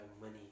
money